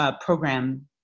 program